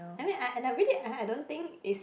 I mean I I and I really I don't think it's